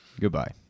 Goodbye